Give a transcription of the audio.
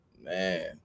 man